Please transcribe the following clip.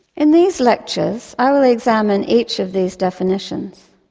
in these lectures, i will examine each of these definitions.